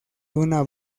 una